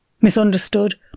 Misunderstood